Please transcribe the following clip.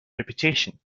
reputation